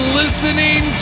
listening